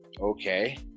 okay